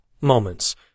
moments